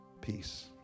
peace